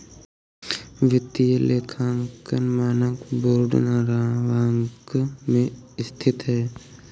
वित्तीय लेखांकन मानक बोर्ड नॉरवॉक में स्थित है